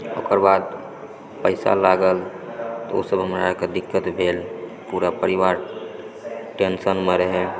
ओकर बाद पैसा लागल तऽ ओसभ हमरा अरके दिक्कत भेल पूरा परिवार टेंशनमे रहय